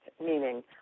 Meaning